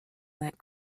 that